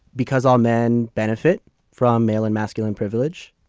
because all men benefit from male and masculine privilege.